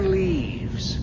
leaves